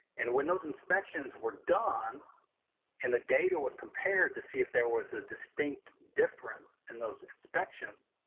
and when those inspections were done and the data was compared to see if there was a distinct difference in those inspections,